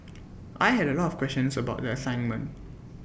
I had A lot of questions about the assignment